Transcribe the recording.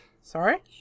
Sorry